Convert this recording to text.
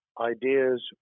ideas